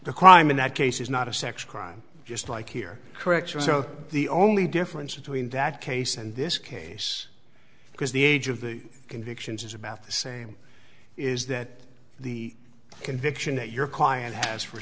the crime in that case is not a sex crime just like here correct or so the only difference between that case and this case because the age of the convictions is about the same is that the conviction that your client has